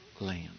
land